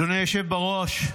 אדוני היושב בראש,